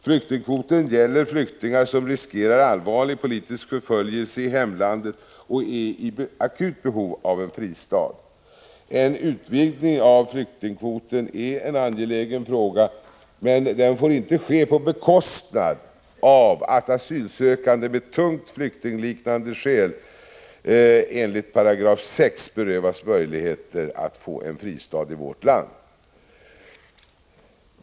Flyktingkvoten gäller flyktingar som riskerar allvarlig politisk förföljelse i hemlandet och är i akut behov av en fristad. En utvidgning av flyktingkvoten är en angelägen fråga, men det får inte ske på bekostnad av att asylsökande med tungt vägande flyktingliknande skäl enligt 6 § berövas möjligheter att få en fristad i vårt land.